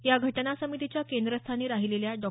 या घटना समितीच्या केंद्रस्थानी राहिलेल्या डॉ